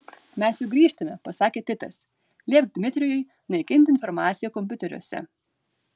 mes jau grįžtame pasakė titas liepk dmitrijui naikinti informaciją kompiuteriuose